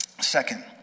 Second